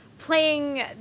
playing